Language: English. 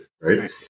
right